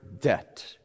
debt